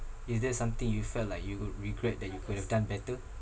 is there something you felt like you regret that you could have done better